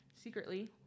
Secretly